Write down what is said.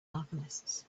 alchemists